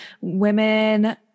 women